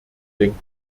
denken